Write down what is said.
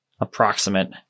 approximate